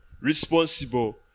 Responsible